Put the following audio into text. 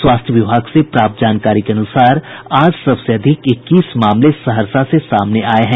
स्वास्थ्य विभाग से प्राप्त जानकारी के अनुसार आज सबसे अधिक इक्कीस मामले सहरसा से सामने आये हैं